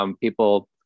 People